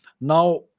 Now